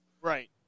Right